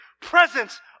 presence